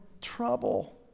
trouble